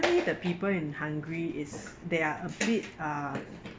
apparently the people in hungary is they are a bit uh